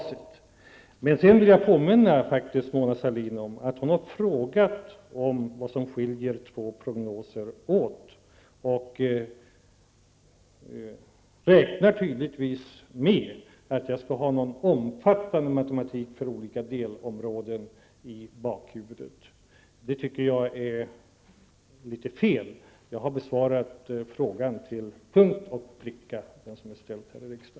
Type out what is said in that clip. Sedan vill jag faktiskt påminna Mona Sahlin om att hon har frågat om vad som skiljer två prognoser åt, men hon räknar tydligen med att jag skall ha en omfattande matematik för olika delområden i bakhuvudet. Det tycker jag är litet fel. Jag har besvarat den fråga som är ställd här i riksdagen till punkt och pricka.